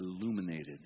illuminated